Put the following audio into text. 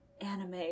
anime